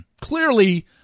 clearly